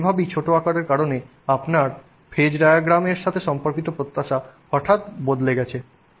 এবং এভাবেই ছোট আকারের কারণে হঠাৎ আপনার ফ্রিজ ডায়াগ্রাম এর সাথে সম্পর্কিত প্রত্যাশা হঠাৎ বদলে গেছে